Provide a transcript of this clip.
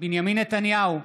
בנימין נתניהו,